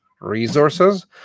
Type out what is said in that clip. resources